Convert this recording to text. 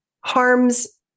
harms